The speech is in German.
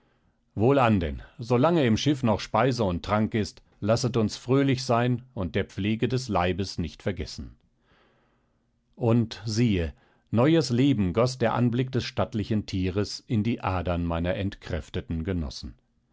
wohlan denn so lange im schiffe noch speise und trank ist lasset uns fröhlich sein und der pflege des leibes nicht vergessen und siehe neues leben goß der anblick des stattlichen tieres in die adern meiner entkräfteten genossen